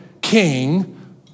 king